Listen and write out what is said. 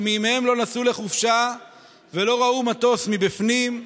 שמימיהם לא נסעו לחופשה ולא ראו מטוס מבפנים,